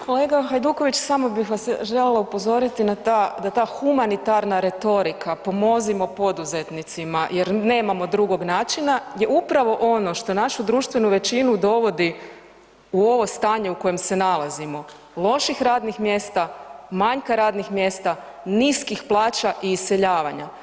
Kolega Hajduković, samo bih vas želila upozoriti na ta, da ta humanitarna retorika „pomozimo poduzetnicima“ jer nemamo drugog načina je upravo ono što našu društvenu većinu dovodi u ovo stanje u kojem se nalazimo, loših radnih mjesta, manjka radnih mjesta, niskih plaća i iseljavanja.